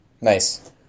Nice